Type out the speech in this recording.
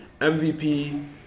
MVP